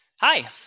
Hi